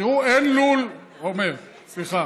תראו, אין לול, עמר, סליחה.